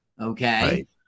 okay